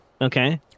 Okay